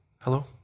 Hello